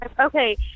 Okay